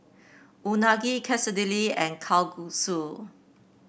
Unagi Quesadillas and Kalguksu